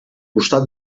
costat